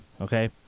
Okay